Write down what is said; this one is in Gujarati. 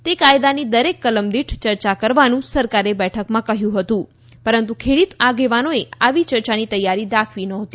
તે કાયદાની દરેક કલમ દીઠ ચર્ચા કરવાનું સરકારે બેઠકમાં કહ્યું હતું પરંતુ ખેડૂત આગેવાનોએ આવી ચર્ચાની તૈયારી દાખવી નહોતી